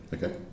Okay